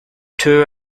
two